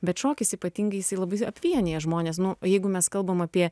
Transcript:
bet šokis ypatingai jisai labai vienija žmones nu jeigu mes kalbam apie